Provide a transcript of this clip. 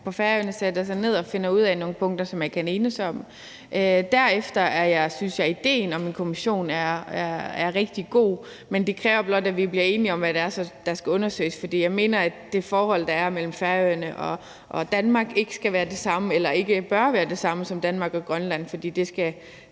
på Færøerne sætter sig ned og finder ud af nogle punkter, som man kan enes om. Og derefter synes jeg, at idéen om en kommission er rigtig god, men det kræver blot, at vi bliver enige om, hvad det så er, der skal undersøges. For jeg mener, at det forhold, der er mellem Færøerne og Danmark, ikke bør være det samme som det mellem Danmark og Grønland, for det skal